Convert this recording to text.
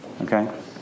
Okay